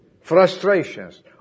frustrations